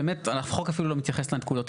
באמת, החוק אפילו לא מתייחס לנקודות.